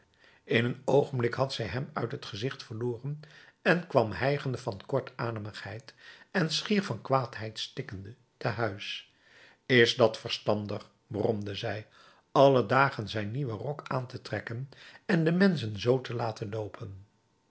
in een oogenblik had zij hem uit het gezicht verloren en kwam hijgende van kortademigheid en schier van kwaadheid stikkende te huis is dat verstandig bromde zij alle dagen zijn nieuwen rok aan te trekken en de menschen z te laten loopen